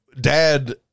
dad